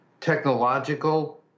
technological